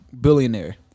billionaire